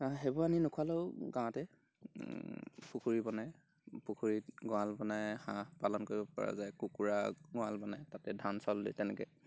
সেইবোৰ আনি নুখুৱালেও গাঁৱতে পুখুৰী বনাই পুখুৰীত গড়াল বনাই হাঁহ পালন কৰিবপৰা যায় কুকুৰা গড়াল বনাই তাতে ধান চাউল দি তেনেকৈ